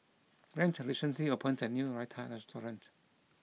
Grant recently opened a new Raita restaurant